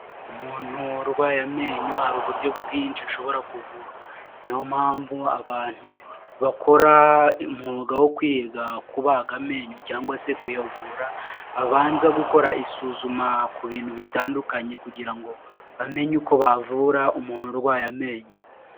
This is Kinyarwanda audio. Umunturwaye amenyo hari uburyo bwinshi ashobora kuvurwa niyo mpamvu abantu bakora umwuga wo kwiga kubaga amenyo cyangwa se kuyavura babanza gukora isuzuma ku bintu bitandukanye kugira ngo bamenye uko bavura umuntu urwaye amenyo.